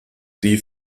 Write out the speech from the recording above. die